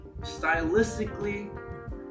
stylistically